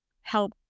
help